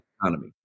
economy